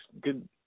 good